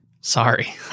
sorry